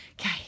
okay